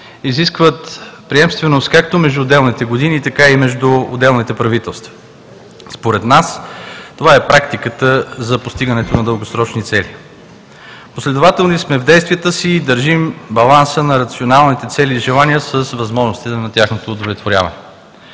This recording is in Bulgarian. изискват приемственост както между отделните години, така и между отделните правителства. Според нас това е практиката за постигането на дългосрочни цели. Последователни сме в действията си и държим баланса на рационалните цели и желания с възможностите на тяхното удовлетворяване.